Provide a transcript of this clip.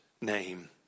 name